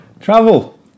Travel